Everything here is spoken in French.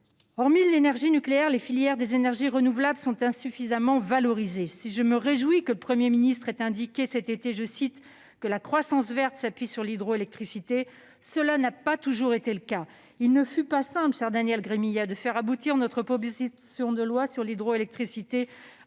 Hormis l'énergie nucléaire, les filières des énergies renouvelables sont insuffisamment valorisées. Si je me réjouis que le Premier ministre ait indiqué, cet été, que « la croissance verte s'appuie sur l'hydroélectricité », tel n'a pas toujours été le cas. Il ne fut pas simple, cher Daniel Gremillet, de faire aboutir notre proposition de loi sur l'hydroélectricité,